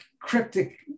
Cryptic